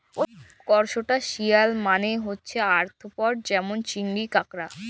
করসটাশিয়াল মালে হছে আর্থ্রপড যেমল চিংড়ি, কাঁকড়া